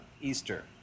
Easter